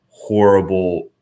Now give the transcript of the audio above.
Horrible